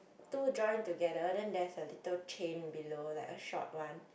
two join together then there is a little chain below like a short one